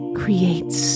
creates